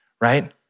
right